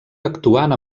actuant